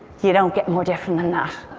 you don't get more different than that.